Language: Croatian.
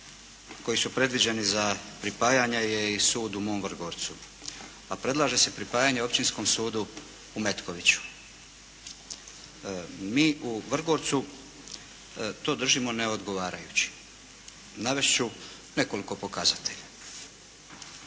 koji su predviđeni za pripajanje je i sud u mom Vrgorcu, pa predlaže se pripajanje Općinskom sudu u Metkoviću. Mi u Vrgorcu to držimo neodgovarajućim. Navest ću nekoliko pokazatelja.